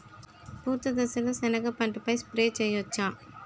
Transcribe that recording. పూత దశలో సెనగ పంటపై స్ప్రే చేయచ్చా?